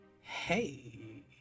Hey